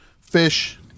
fish